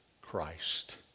christ